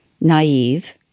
naive